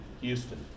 Houston